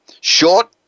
short